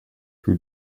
who